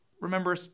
remember